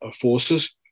forces